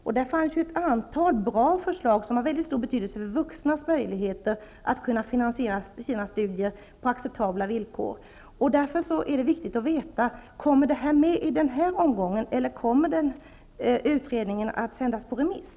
I utredningens arbete fanns en rad bra förslag som var av mycket stor betydelse för vuxnas möjlighet att finansiera sina studier på acceptabla villkor. Därför är det viktigt att få veta om detta kommer att tas med i denna omgång eller om utredningen kommer att sändas på remiss.